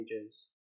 pages